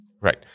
Right